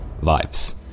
vibes